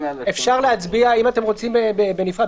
אם אתם רוצים בנפרד,